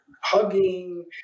hugging